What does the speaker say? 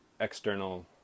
external